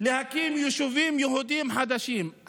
להקים יישובים יהודיים חדשים.